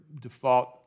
default